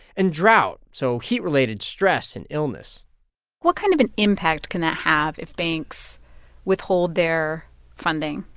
and drought, so heat-related stress and illness what kind of an impact can that have if banks withhold their funding?